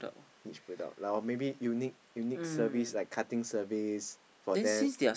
which product like or maybe unique unique service like cutting service for them